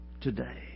today